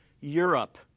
Europe